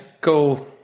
go